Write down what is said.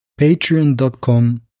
patreon.com